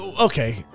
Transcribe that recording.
Okay